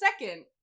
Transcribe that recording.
second